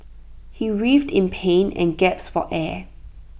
he writhed in pain and gasped for air